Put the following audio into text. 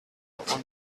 und